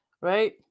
right